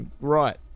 Right